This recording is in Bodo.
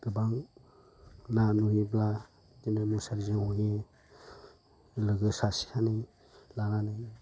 गोबां ना नुयोब्ला बिदिनो मुसारिजों हयो लोगो सासे सानै लानानै नो